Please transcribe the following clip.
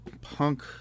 punk